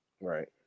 Right